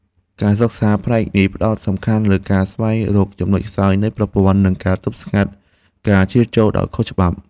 ការសិក្សាផ្នែកនេះផ្តោតសំខាន់លើការស្វែងរកចំណុចខ្សោយនៃប្រព័ន្ធ និងការទប់ស្កាត់ការជ្រៀតចូលដោយខុសច្បាប់។